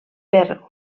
per